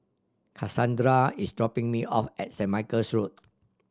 Casandra is dropping me off at Saint Michael's Road